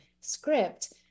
script